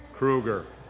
krueger,